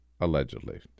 allegedly